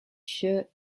shirt